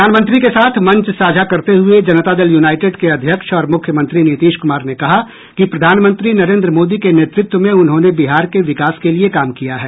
प्रधानमंत्री के साथ मंच साझा करते हुए जनता दल युनाइटेड के अध्यक्ष और मुख्यमंत्री नीतीश कुमार ने कहा कि प्रधानमंत्री नरेंद्र मोदी के नेतृत्व में उन्होंने बिहार के विकास के लिए काम किया है